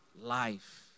life